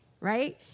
right